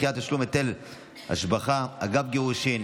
דחיית תשלום היטל השבחה אגב גירושין),